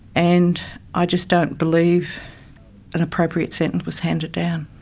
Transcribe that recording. and i just don't believe an appropriate sentence was handed down.